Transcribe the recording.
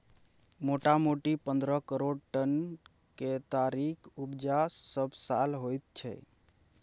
मोटामोटी पन्द्रह करोड़ टन केतारीक उपजा सबसाल होइत छै